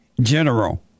general